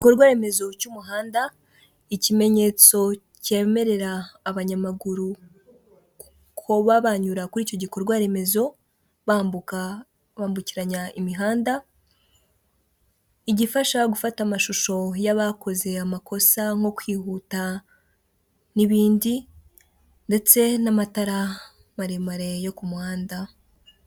Igikorwaremezo cy'umuhanda, ikimenyetso cyemerera abanyamaguru koba banyura kuri icyo gikorwa remezo, bambuka, bambukiranya imihanda, igifasha gufata amashusho y'abakoze amakosa nko kwihuta n'ibindi, ndetse n'amatara maremare yo ku muhanda.